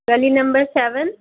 गली number seven